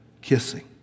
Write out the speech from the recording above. kissing